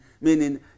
meaning